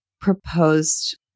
proposed